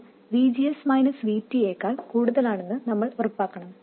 ഇത് VGS VT യെക്കാൾ കൂടുതലാണെന്ന് നമ്മൾ ഉറപ്പാക്കണം